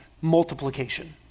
multiplication